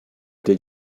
did